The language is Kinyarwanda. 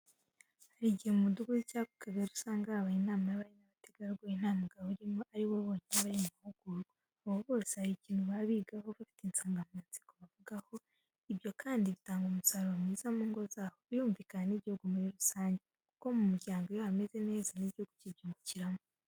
Hari igihe mu mudugudu cyangwa ku kagari usanga habaye inama y'abari n'abategarugori nta mugabo urimo, aribo bonyine bari mu mahugurwa. Abo bose hari ikintu baba bigaho, bafite isanganyamatsiko bavugaho, ibyo kandi bitanga umusaruro mwiza mu ngo zabo, birumvikana n'igihugu muri rusange, kuko mu muryango iyo hameze neza n'igihugu kibyungukiramo.